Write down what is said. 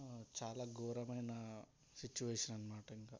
చాలా ఘోరమైన సిచువేషన్ అనమాట ఇంకా